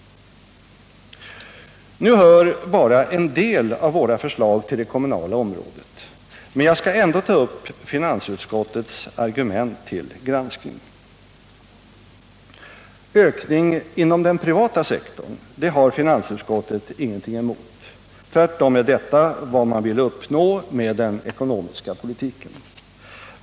Nu hör bara en del av våra förslag till det kommunala området, men jag skall ändå ta upp finansutskottets argument till granskning. Ökning inom den privata sektorn har finansutskottet ingenting emot. Tvärtom är detta vad man vill uppnå med den ekonomiska politiken.